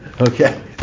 Okay